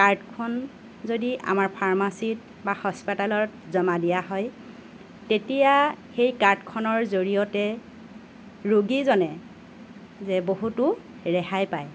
কাৰ্ডখন যদি আমাৰ ফাৰ্মাচীত বা হাস্পতালত জমা দিয়া হয় তেতিয়া সেই কাৰ্ডখনৰ জৰিয়তে ৰোগীজনে যে বহুতো ৰেহাই পায়